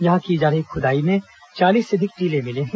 यहां की जा रही खुदाई में चालीस से अधिक टीले मिले हैं